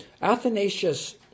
Athanasius